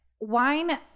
wine